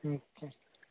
okay